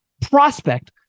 prospect